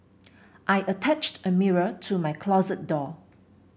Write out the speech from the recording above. I attached a mirror to my closet door